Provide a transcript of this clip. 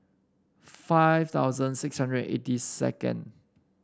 five thousand six hundred eighty second